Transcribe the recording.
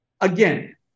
again